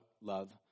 love